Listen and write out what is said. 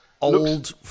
Old